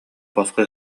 босхо